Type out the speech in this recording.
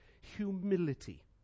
humility